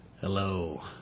Hello